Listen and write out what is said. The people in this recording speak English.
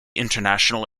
international